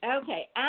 Okay